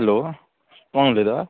hello कोण उलयता